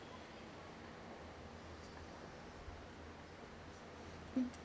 mm